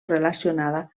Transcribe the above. relacionada